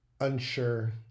unsure